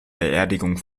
beerdigung